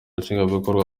nshingwabikorwa